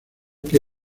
que